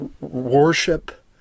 worship